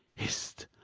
hist!